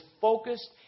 focused